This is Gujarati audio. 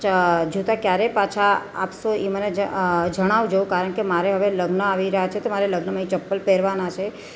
ચ જૂતાં ક્યારે પાછા આપશો એ મને જ જણાવજો કારણ કે મારે હવે લગ્ન આવી રહ્યા છે તો મારે લગ્નમાં એ ચપ્પલ પહેરવાનાં છે